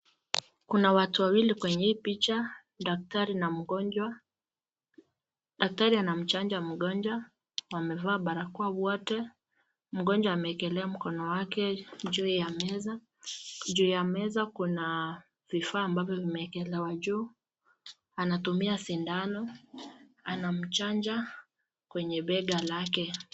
Kuna watu wawili kwenye hii picha, daktari na mgonjwa. Daktari anamchanja mgonjwa, wamevaa barakoa wote. Mgonjwa ameekelea mkono wake juu ya meza. Juu ya meza kuna vifaa ambazo zimewekelewa juu. Anatumia sindano anamchanja kwenye bega lake.